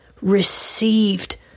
received